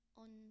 on